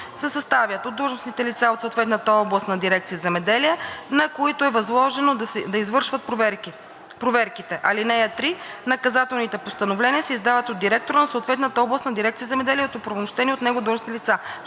се съставят от длъжностните лица от съответната областна дирекция „Земеделие“, на които е възложено да извършват проверките. (3) Наказателните постановления се издават от директора на съответната областна дирекция „Земеделие“ или от оправомощени от него длъжностни лица.